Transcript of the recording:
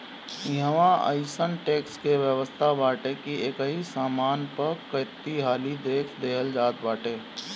इहवा अइसन टेक्स के व्यवस्था बाटे की एकही सामान पअ कईहाली टेक्स देहल जात बाटे